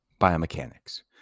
biomechanics